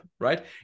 right